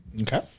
Okay